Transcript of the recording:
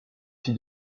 fit